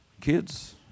Kids